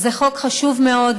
זה חוק חשוב מאוד.